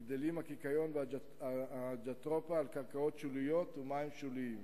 גדלים הקיקיון והג'טרופה על קרקעות שוליות ומים שוליים.